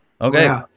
Okay